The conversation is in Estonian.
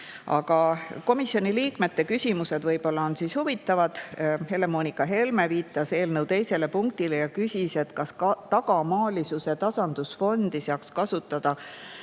Aga komisjoni liikmete küsimused on võib-olla huvitavad. Helle-Moonika Helme viitas eelnõu teisele punktile ja küsis, kas tagamaalisuse tasandusfondi saaks kasutada